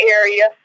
area